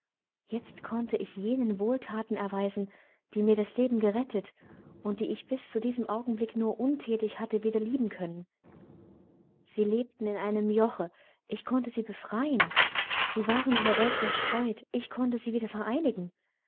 jetzt konnte ich jenen wohlthaten erweisen die mir das leben gerettet und die ich bis zu diesem augenblick nur unthätig hatte wieder lieben können sie lebten in einem joche ich konnte sie befreien sie waren in der welt zerstreut ich konnte sie wieder vereinigen